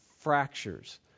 fractures